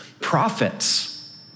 prophets